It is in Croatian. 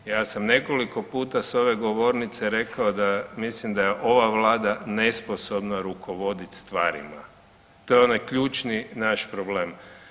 Ja sam nekoliko puta s ove govornice rekao da mislim da je ova Vlada nesposobna rukovodit stvarima, to je onaj ključni naš problem.